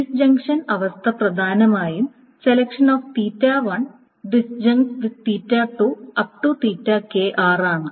disjunction അവസ്ഥ പ്രധാനമായും ആണ്